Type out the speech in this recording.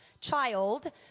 child